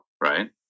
right